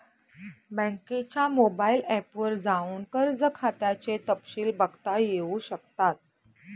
बँकेच्या mobile app वर जाऊन कर्ज खात्याचे तपशिल बघता येऊ शकतात